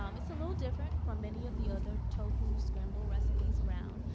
um it's a little different from many of the other tofu scramble recipes around,